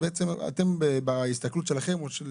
אז בעצם אתם בהסתכלות שלכם או של